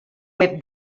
web